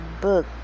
book